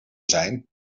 zijn